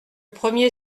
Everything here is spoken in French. premier